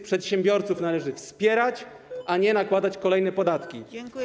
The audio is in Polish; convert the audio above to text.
Przedsiębiorców należy wspierać, a nie nakładać kolejne podatki.